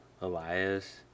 Elias